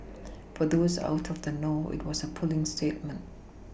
for those out of the know it was a puling statement